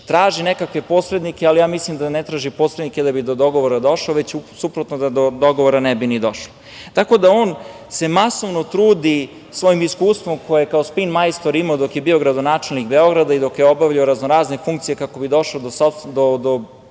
traži nekakve posrednike, ali ja mislim da ne traži posrednike da bi do dogovora došlo, već, suprotno, da do dogovora ne bi došlo. On se masovno trudi svojim iskustvom koje je kao spin majstor imao dok je bio gradonačelnik Beograda i dok je obavljao raznorazne funkcije kako bi došao do